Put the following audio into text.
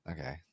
Okay